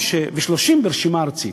ו-30 ברשימה ארצית.